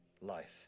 life